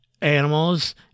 animals